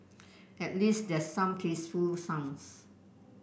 at least there some tasteful sounds